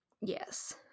Yes